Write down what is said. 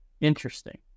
Interesting